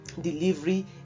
delivery